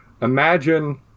Imagine